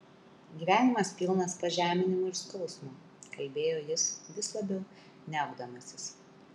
gyvenimas pilnas pažeminimų ir skausmo kalbėjo jis vis labiau niaukdamasis